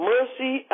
Mercy